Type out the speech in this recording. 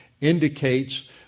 indicates